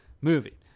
movie